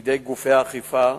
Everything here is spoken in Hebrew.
בידי גופי האכיפה,